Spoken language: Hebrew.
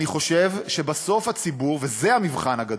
אני חושב שבסוף הציבור, וזה המבחן הגדול,